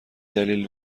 دلیل